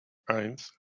eins